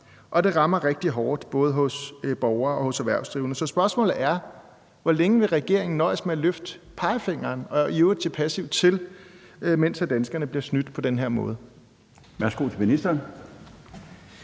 og det rammer rigtig hårdt hos både borgere og hos erhvervsdrivende. Så spørgsmålet er, hvor længe regeringen vil nøjes med at løfte pegefingeren og i øvrigt se passivt til, mens danskerne bliver snydt på den her måde.